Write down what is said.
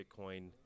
Bitcoin